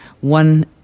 One